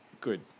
good